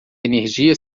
energia